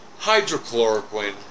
hydrochloroquine